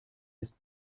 ist